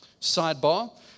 sidebar